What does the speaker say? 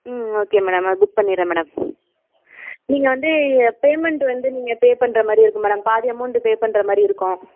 ம் okay madam அது book பண்ணிடுறேன் மேடம் நீங்கள் வந்து பேமெண்ட் வந்து நீங்கள் பே பண்ணுற மாதிரி இருக்கும் மேடம் பாதி அமௌன்ட் பே பண்ணுற மாதிரி இருக்கும்